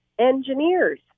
engineers